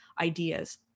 ideas